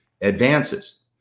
advances